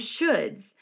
shoulds